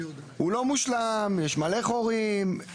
הוא לא מושלם, יש מלא חורים.